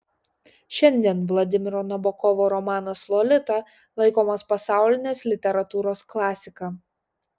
šiandien vladimiro nabokovo romanas lolita laikomas pasaulinės literatūros klasika